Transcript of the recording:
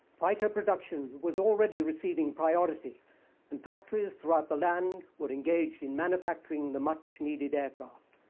fighter production was already receiving priority and factories throughout the land were engaged in manufacturing the much needed aircraft.